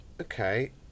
okay